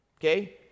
okay